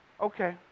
okay